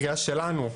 הקריאה שלנו,